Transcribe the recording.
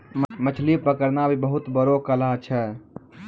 मछली पकड़ना भी बहुत बड़ो कला छै